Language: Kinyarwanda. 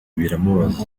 biramubabaza